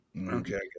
Okay